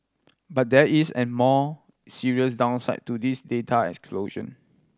but there is an more serious downside to this data